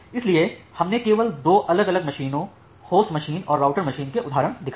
इसलिए हमने केवल दो अलग अलग मशीनों होस्ट मशीन और राउटर मशीन के उदाहरण दिखाए हैं